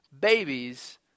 babies